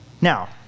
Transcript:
Now